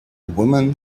woman